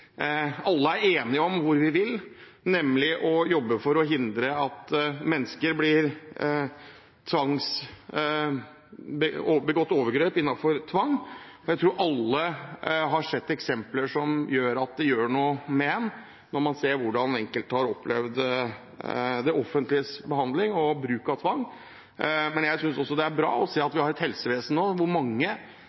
blir begått tvangsovergrep mot mennesker. Jeg tror alle har sett eksempler som gjør noe med en, når man ser hvordan enkelte har opplevd det offentliges behandling og bruk av tvang. Men jeg synes også det er bra å se at vi har et helsevesen nå hvor mange